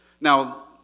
Now